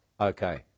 Okay